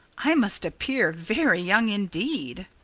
i must appear very young indeed.